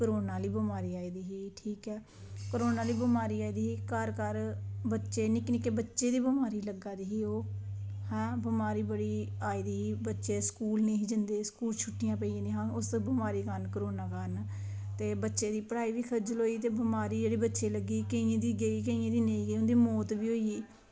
corona आह्ली बमारी आई दी ही ठीक ऐ कोरोना आह्ली बमारी आई दी ही घर घर बच्चे निक्के निक्के बच्चे गी बमारी लग्गा दी ही ओह् बमारी बड़ी आई दी ही बच्चे स्कूल निं हे जंदे स्कूल छुट्टियां पेई दियां हियां उस बमारी कारण कोरोना कारण ते बच्चें दी पढ़ाई बी खज्जल होई ते बच्चें ई बमारी जेह्ड़ी लग्गी गेई ते केइयें दी मौत बी होई गेई